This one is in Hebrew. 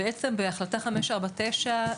בעצם בהחלטה 549,